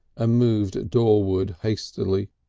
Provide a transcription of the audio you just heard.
ah moved doorward hastily.